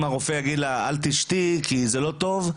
אם הרופא יגיד לה "אל תשתי כי זה לא טוב",